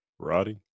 Roddy